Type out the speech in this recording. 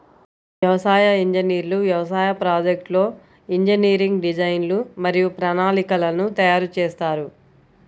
వ్యవసాయ ఇంజనీర్లు వ్యవసాయ ప్రాజెక్ట్లో ఇంజనీరింగ్ డిజైన్లు మరియు ప్రణాళికలను తయారు చేస్తారు